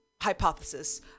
hypothesis